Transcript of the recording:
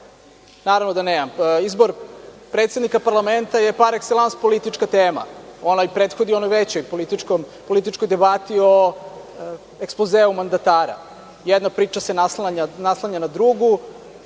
Naravno da nemam. Izbor predsednika parlamenta je par ekselans politička tema, ona prethodi onoj većoj političkoj debati o ekspozeu mandatara. Jedna priča se naslanja na drugu.